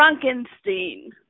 Frankenstein